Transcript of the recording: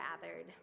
gathered